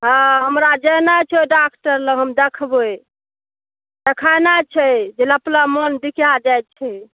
हँ हमरा जेनाइ छै ओहि डाक्टर लऽ हम देखेबै दखेनाइ छै जे जाइत छै